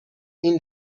این